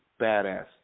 badass